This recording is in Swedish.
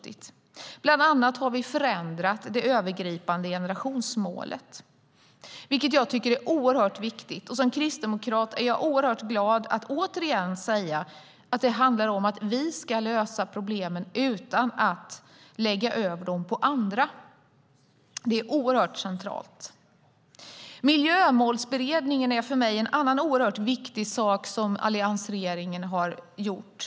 Vi har bland annat förändrat det övergripande generationsmålet. Jag tycker att det är oerhört viktigt. Som kristdemokrat är jag mycket glad att återigen säga att det handlar om att vi ska lösa problemen och inte lägga över dem på andra. Det är oerhört centralt. Miljömålsberedningen är en annan mycket viktig sak som alliansregeringen har tillsatt.